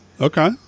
Okay